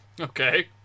okay